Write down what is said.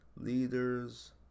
leaders